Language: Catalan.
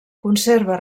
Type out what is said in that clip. conserva